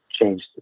changed